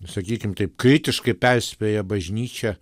sakykim taip kritiškai perspėja bažnyčia